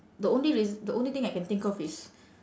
the only reas~ the only thing I can think of is